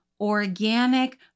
organic